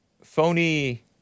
phony